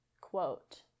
quote